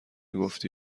گفتی